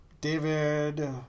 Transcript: David